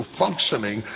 functioning